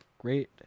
Great